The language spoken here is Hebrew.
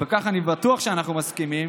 ועל כך אני בטוח שאנחנו מסכימים.